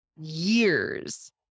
years